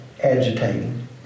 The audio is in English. agitating